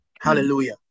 Hallelujah